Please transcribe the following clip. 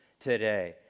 today